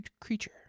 creature